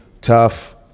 tough